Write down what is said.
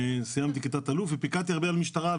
סיימתי כתת אלוף ופיקדתי הרבה על המשטרה,